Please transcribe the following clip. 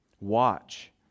watch